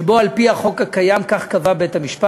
שבה, על-פי החוק הקיים, כך קבע בית-המשפט,